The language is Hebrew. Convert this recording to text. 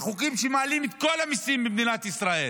החוקים שמעלים את כל המיסים במדינת ישראל,